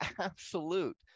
absolute